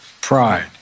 pride